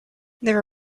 never